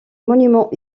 monument